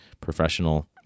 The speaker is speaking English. professional